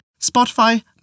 Spotify